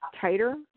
tighter